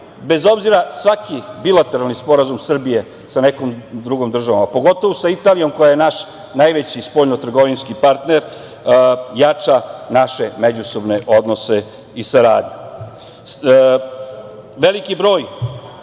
bez obzira, svaki bilateralni sporazum Srbije sa nekom drugom državom, a pogotovo sa Italijom koja je naš najveći spoljno-trgovinski partner, jača naše međusobne odnose i saradnju. Veliki broj